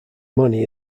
money